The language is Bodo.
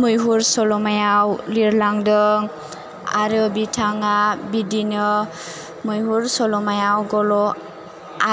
मैहुर सल'मायाव लिरलांदों आरो बिथाङा बिदिनो मैहुर सल'मायाव गल'